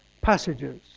passages